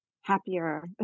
happier